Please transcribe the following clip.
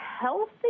healthy